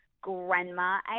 grandma